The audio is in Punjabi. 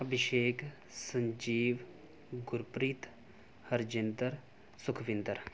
ਅਭੀਸ਼ੇਕ ਸੰਜੀਵ ਗੁਰਪ੍ਰੀਤ ਹਰਜਿੰਦਰ ਸੁਖਵਿੰਦਰ